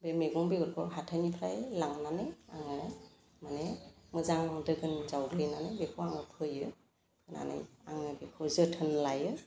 बे मैगं बेगरखौ हाथाइनिफ्राय लांनानै आङो माने मोजां दोगोन जावग्लिनानै बेखौ आङो फोयो फोनानै आङो बेखौ जोथोन लायो